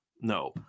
No